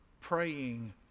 praying